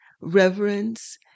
reverence